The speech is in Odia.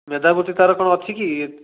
ମେଧାବୃତ୍ତି ତା'ର କ'ଣ ଅଛି କି